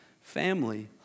family